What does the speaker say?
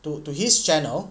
to to his channel